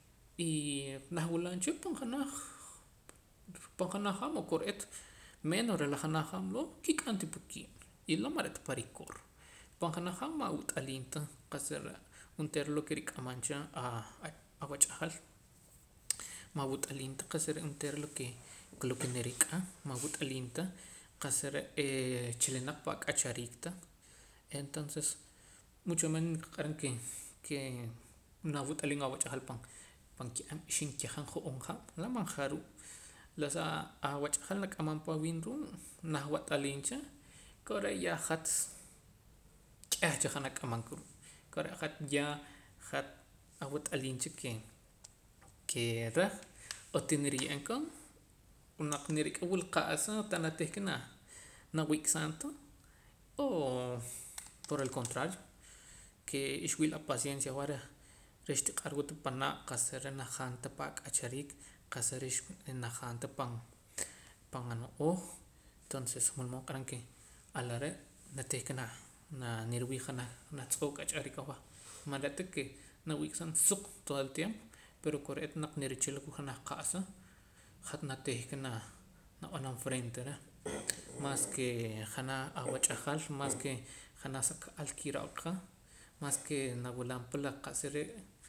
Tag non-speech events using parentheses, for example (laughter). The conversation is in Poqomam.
(hesitation) nah wulam pan janaj pan janaj haab' o kore'eet menos reh la janaj haab' loo' kik'amtii pa kiib' y loo' man re'ta parikoor pan janaj haab' man awat'aliim ta onteera qa'sa re' onteera lo ke rik'amam cha aa awach'ajal ma awat'aliim ta qa'sa re' onteera kee lo ke lo ke nirik'a ma awat'aliim ta qa'sa re' ee chilinaq pan ak'achariik ta entonces mucho menos qaq'aram ke kee nawat'aliim awach'ajal pan pan ki'ab' oxib' kajab' jo'oob' haab' laa' man jaruu' la sa awach'ajal nak'amam pa awiib' ruu' nah wat'aliim cha kore' ya hat k'eh cha haab' nak'amam ka ruu' kore' hat ya hat at'aliim cha ke kee reh ootiriye'eem koon o naq rik'a wila qa'sa tana tihka naa nawik'saam ta oo por el contrario ke xwii la paciencia awah reh xtiq'ar wa ta panaa' qa'sa re' najaam ta pa ak'achariik qa'sa re' najaam ta pan pan ano'ooj tonces wulmood q'aram ke ala re' natihka na na niriwii' janaj janaj tz'oo' k'achariik awah man re'ta ke nawik' saam suq todo el tiempo pero kore'eet naq nirichila junaj qa'sa hat natihka naa nab'anam frente reh (noise) mas ke janaj awach'ajal mas kee janaj saka'al kiro'ka mas ke nawulam pa la qa'sa re'